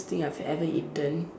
thing I've ever eaten